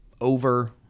over